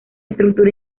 estructura